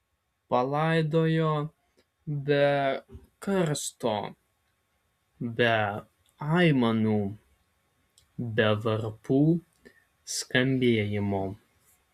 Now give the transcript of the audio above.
palaidojo be karsto be aimanų be varpų skambėjimo